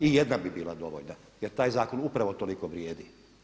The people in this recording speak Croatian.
I jedna bi bila dovoljna jer taj zakon upravo toliko vrijedi.